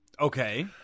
Okay